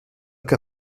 que